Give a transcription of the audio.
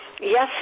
Yes